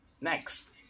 next